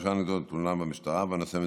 הוגשה נגדו תלונה במשטרה והנושא מטופל.